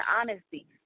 honesty